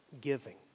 giving